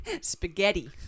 Spaghetti